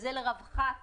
וזה לרווחת